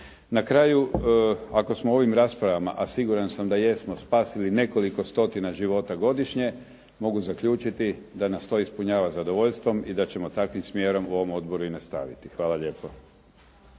Na kraju ako smo ovim raspravama, a siguran sam da jesmo spasili nekoliko stotina života godišnje mogu zaključiti da nas to ispunjava zadovoljstvom i da ćemo takvim smjerom u ovom odboru i nastaviti. Hvala lijepo.